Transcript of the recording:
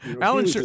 Alan